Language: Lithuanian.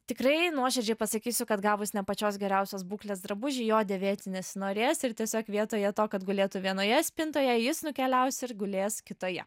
tikrai nuoširdžiai pasakysiu kad gavus ne pačios geriausios būklės drabužį jo dėvėti nesinorės ir tiesiog vietoje to kad gulėtų vienoje spintoje jis nukeliaus ir gulės kitoje